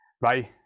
Bye